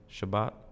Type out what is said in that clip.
Shabbat